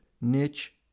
niche